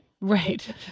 Right